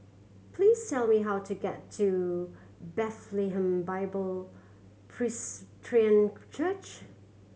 please tell me how to get to Bethlehem Bible Presbyterian Church